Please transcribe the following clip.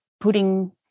putting